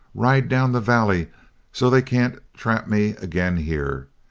ride down the valley so they can't trap me again here,